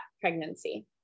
pregnancy